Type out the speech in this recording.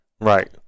Right